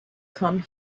come